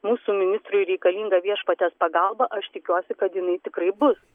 mūsų ministrui reikalinga viešpaties pagalba aš tikiuosi kad jinai tikrai bus